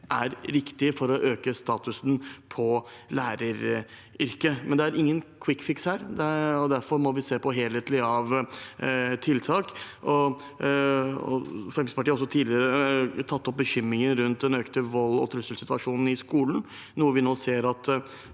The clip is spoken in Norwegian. er riktig for å øke statusen til læreryrket. Men det er ingen kvikkfiks her, og derfor må vi se på tiltakene helhetlig. Fremskrittspartiet har også tidligere tatt opp bekymringer rundt den økte volds- og trusselsituasjonen i skolen, noe vi nå ser at